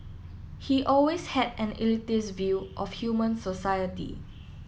he always had an elitist view of human society